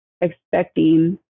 expecting